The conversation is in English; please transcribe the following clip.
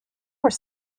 were